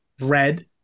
red